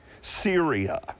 Syria